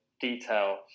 detail